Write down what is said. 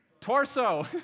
Torso